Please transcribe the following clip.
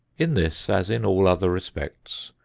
in this, as in all other respects,